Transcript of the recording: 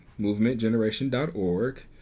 movementgeneration.org